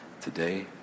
today